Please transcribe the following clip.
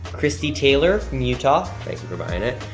christie taylor from utah. thank you for buying it.